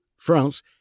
France